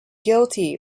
guilty